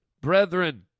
brethren